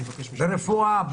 ברפואה,